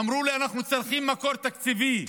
אמרו לי: אנחנו צריכים מקור תקציבי.